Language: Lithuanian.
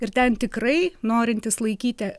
ir ten tikrai norintys laikyti